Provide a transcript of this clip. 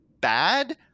bad